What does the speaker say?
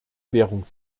währung